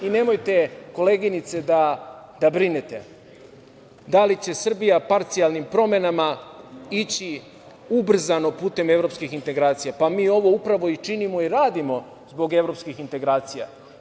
Nemojte, koleginice, da brinete da li će Srbija parcijalnim promenama ići ubrzano putem evropskim integracija, pa mi ovo upravo i činimo i radimo zbog evropskih integracija.